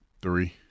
Three